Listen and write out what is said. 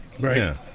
right